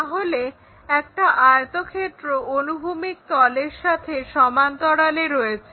তাহলে একটা আয়তক্ষেত্র অনুভূমিক তলের সাথে সমান্তরালে রয়েছে